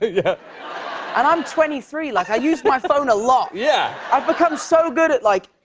yeah and i'm twenty three. like, i use my phone a lot. yeah. i've become so good at, like,